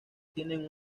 tienen